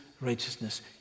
righteousness